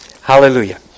Hallelujah